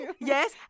yes